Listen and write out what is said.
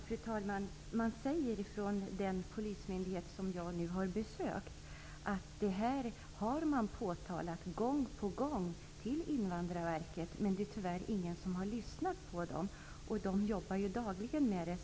Fru talman! Man säger på den polismyndighet som jag har besökt att man påtalat det här gång på gång för Invandrarverket, men det är tyvärr ingen som har lyssnat. De jobbar dagligen med detta.